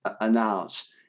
announce